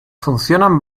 funcionan